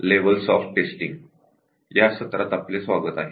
levels of testing या व्याख्यानामध्ये आपले स्वागत आहे